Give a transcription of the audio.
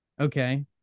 Okay